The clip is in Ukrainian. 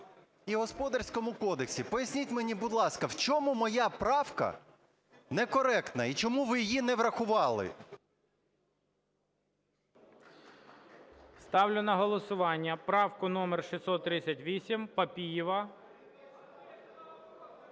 і Господарському кодексі. Поясність мені, будь ласка, в чому моя правка некоректна і чому ви її не врахували. ГОЛОВУЮЧИЙ. Ставлю на голосування правку номер 638 Папієва.